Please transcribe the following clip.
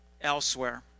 elsewhere